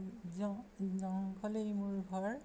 জং জংঘলেই মোৰ ঘৰ